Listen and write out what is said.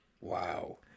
Wow